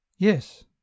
Yes